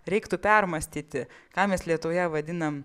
reiktų permąstyti ką mes lietuvoje vadinam